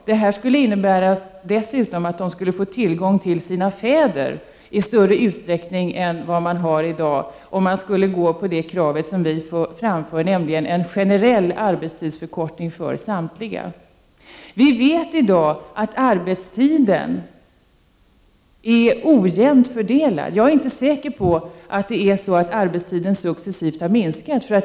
Om man går med på det krav vpk framför — dvs. en generell arbetstidsförkortning för samtliga — skulle det dessutom medföra att barnen fick tillgång till sina fäder i större utsträckning än i dag. Vi vet i dag att arbetstiden är ojämnt fördelad. Jag är inte säker på att arbetstiden successivt har minskat.